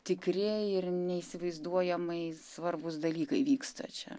tikri ir neįsivaizduojamai svarbūs dalykai vyksta čia